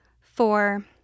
four